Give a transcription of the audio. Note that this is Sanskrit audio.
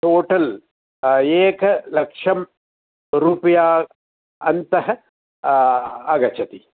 टोटल् एकलक्ष्यं रूप्या अन्तः आगच्छति